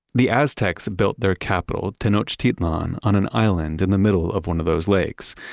the aztecs built their capital, tenochtitlan on an island in the middle of one of those lakes.